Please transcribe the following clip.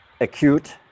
acute